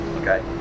Okay